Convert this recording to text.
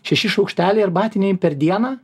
šeši šaukšteliai arbatiniai per dieną